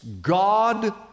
God